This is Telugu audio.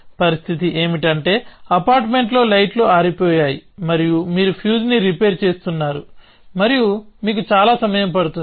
పరిస్థితి ఏమిటంటే అపార్ట్మెంట్లో లైట్లు ఆరిపోయాయి మరియు మీరు ఫ్యూజ్ని రిపేర్ చేస్తున్నారు మరియు మీకు చాలా సమయం పడుతుంది